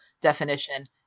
definition